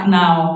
now